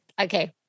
Okay